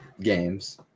games